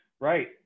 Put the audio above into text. Right